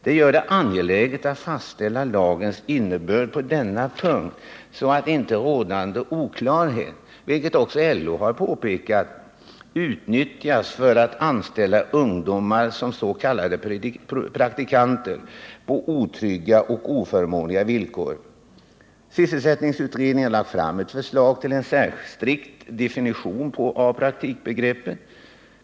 Det gör det angeläget att fastställa lagens innebörd på denna punkt, så att inte rådande oklarhet, som LO påpekat, utnyttjas för att anställa ungdomar som s.k. praktikanter på otrygga och oförmånliga villkor. Sysselsättningsutredningen har lagt fram ett förslag till en strikt definition av praktikbegreppet.